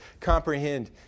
comprehend